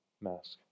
mask